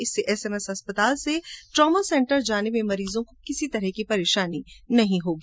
इससे एसएमएस अस्पताल से ट्रोमा सेंटर जाने में मरीजों को किसी तरह की परेशानी नहीं होगी